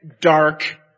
dark